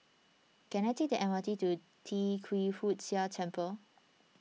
can I take the M R T to Tee Kwee Hood Sia Temple